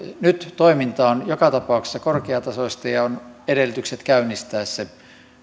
nyt toiminta on joka tapauksessa korkeatasoista ja on edellytykset käynnistää se